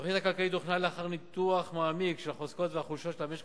התוכנית הכלכלית הוכנה לאחר ניתוח מעמיק של החוזקות והחולשות של המשק